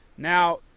Now